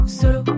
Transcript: solo